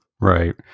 Right